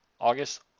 August